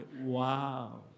Wow